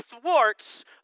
thwarts